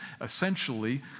essentially